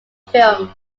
films